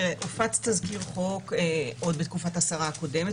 הופץ תזכיר חוק בתקופת השרה הקודמת,